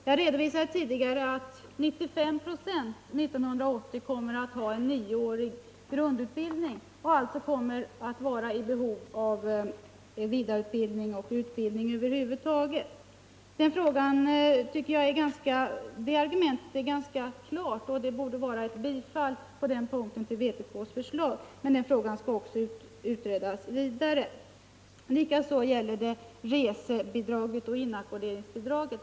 Jag redovisade tidigare att 95 96 av befolkningen år 1980 kommer att ha en nioårig grundutbildning och alltså vara i behov av vidareutbildning eller utbildning över huvud taget. Det argumentet är ganska klart, och den punkten i vpk:s förslag borde kunna bifallas, men också den frågan skall utredas vidare. Detsamma gäller resebidraget och inackorderingsbidraget.